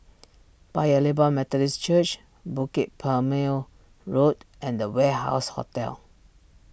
Paya Lebar Methodist Church Bukit Purmei Road and the Warehouse Hotel